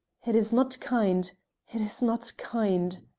it is not kind it is not kind,